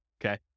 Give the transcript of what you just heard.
okay